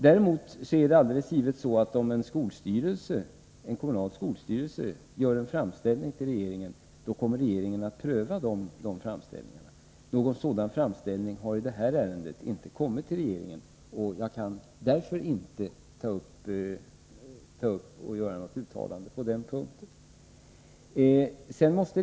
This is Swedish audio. Däremot är det alldeles givet, att om en kommunal skolstyrelse gör en framställning till regeringen, kommer regeringen att pröva den framställningen. Någon framställning har inte kommit till regeringen i det här ärendet. Jag kan därför inte göra något uttalande på den här punkten.